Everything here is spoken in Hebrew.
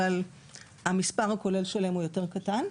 אבל המספר הכולל שלהם הוא יותר קטן.